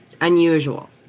unusual